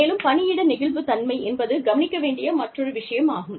மேலும் பணியிட நெகிழ்வுத்தன்மை என்பது கவனிக்க வேண்டிய மற்றொரு விஷயமாகும்